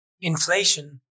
inflation